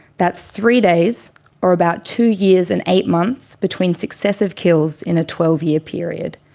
that's three days or about two years and eight months between successive kills in a twelve year period.